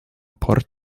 port